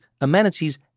amenities